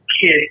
kid